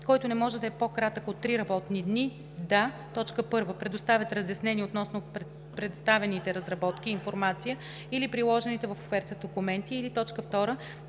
който не може да е по-кратък от три работни дни да: 1. предоставят разяснения относно представените разработки и информация или приложените в офертата документи,